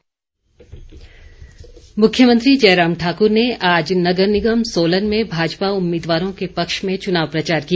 मुख्यमंत्री मुख्यमंत्री जयराम ठाक्र ने आज नगर निगम सोलन में भाजपा उम्मीदवारों के पक्ष में चुनाव प्रचार किया